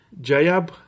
Jayab